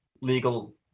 legal